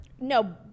No